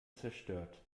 zerstört